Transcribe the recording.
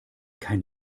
kein